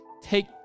take